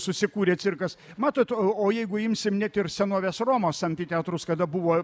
susikūrė cirkas matot o jeigu imsim net ir senovės romos amfiteatrus kada buvo